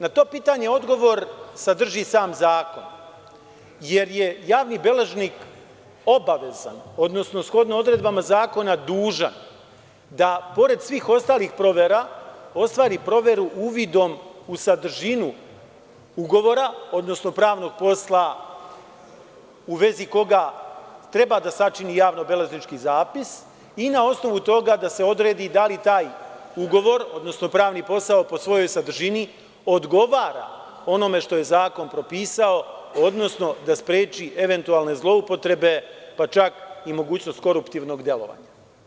Na to pitanje odgovor sadrži sam zakon, jer je javni beležnik obavezan, odnosno shodno odredbama zakona, dužan da pored svih ostalih provera ostvari proveru uvidom u sadržinu ugovora, odnosno pravnog posla u vezi koga treba da sačini javno-beležnički zapis, pa na osnovu toga da se odredi da li taj ugovor, odnosno pravni posao, po svojoj sadržini, odgovara onome što je zakon propisao, odnosno da spreči eventualne zloupotrebe, pa čak i mogućnost koruptivnog delovanja.